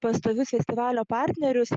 pastovius festivalio partnerius